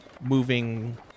moving